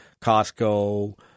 Costco